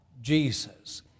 Jesus